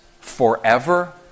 forever